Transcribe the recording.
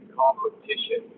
competition